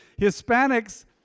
Hispanics